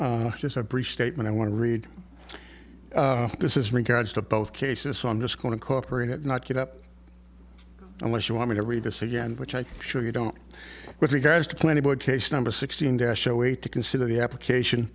members just a brief statement i want to read this is regards to both cases so i'm just going to cooperate and not get up unless you want me to read this again which i'm sure you don't with regards to plenty but case number sixteen dash zero eight to consider the application